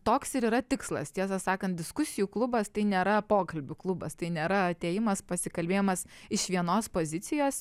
toks ir yra tikslas tiesą sakant diskusijų klubas tai nėra pokalbių klubas tai nėra atėjimas pasikalbėjimas iš vienos pozicijos